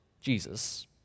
Jesus